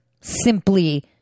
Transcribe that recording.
simply